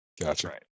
Gotcha